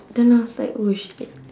then I was like oh shit